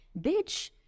bitch